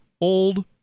old